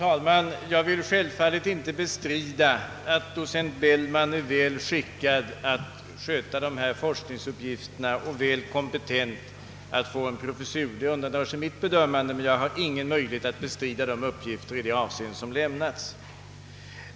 Herr talman! Självfallet kan jag inte bestrida att docent Bellman är väl skickad för dessa forskningsuppgifter och kompetent att få en professur. De sakerna undandrar sig mitt bedömande och jag har därför ingen möjlighet att bestrida de uppgifter som i det avseendet har lämnats.